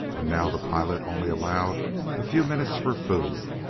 and now the pilot only allowed a few minutes for food,